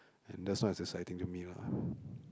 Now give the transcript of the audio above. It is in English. and that's not as exciting to me lah